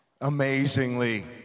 amazingly